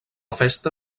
festa